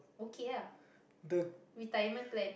the